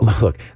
Look